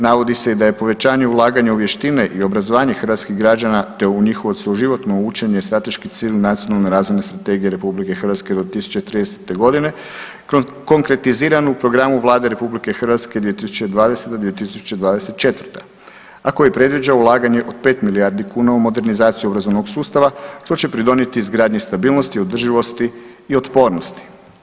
Navodi se i da je povećanje ulaganja u vještine i obrazovanje hrvatskih građana te u njihovo cjeloživotno učenje strateški cilj Nacionalne razvojne strategije RH do 2030. godine konkretiziran u programu Vlade RH 2020. – 2024., a koji predviđa ulaganje od 5 milijardi kuna u modernizaciju obrazovnog sustava što će pridonijeti izgradnji stabilnosti, održivosti i otpornosti.